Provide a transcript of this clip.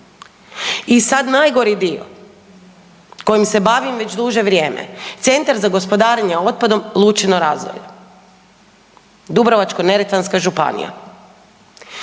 I sad najgori dio kojim se bavim već duže vrijeme, Centar za gospodarenje otpadom Lučino razdolje, Dubrovačko-neretvanska županija.